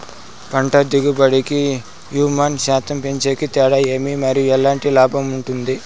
పంట దిగుబడి కి, హ్యూమస్ శాతం పెంచేకి తేడా ఏమి? మరియు ఎట్లాంటి లాభం ఉంటుంది?